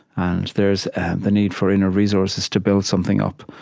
and there's and the need for inner resources to build something up.